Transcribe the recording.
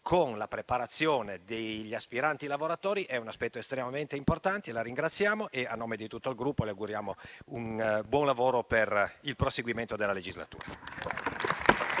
con la preparazione degli aspiranti lavoratori, è un aspetto estremamente importante. La ringraziamo e, a nome di tutto il Gruppo, le auguriamo buon lavoro per il proseguimento della legislatura.